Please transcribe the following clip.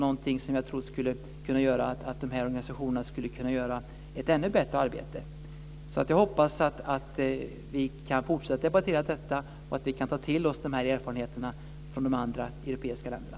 Det skulle kunna innebära att de här organisationerna gjorde ett ännu bättre arbete. Jag hoppas att vi kan fortsätta att debattera detta och att vi kan ta till oss erfarenheterna från de andra europeiska länderna.